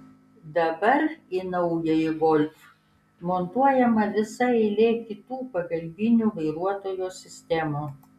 dabar į naująjį golf montuojama visa eilė kitų pagalbinių vairuotojo sistemų